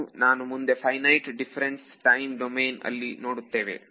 ಇದನ್ನು ನಾನು ಮುಂದೆ ಫೈನೈಟ್ ಡಿಫರೆನ್ಸ್ ಟೈಮ್ ಡೊಮೇನ್ ಅಲ್ಲಿ ನೋಡುತ್ತೇವೆ